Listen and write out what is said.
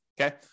okay